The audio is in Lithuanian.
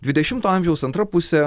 dvidešimto amžiaus antra pusė